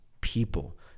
people